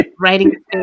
writing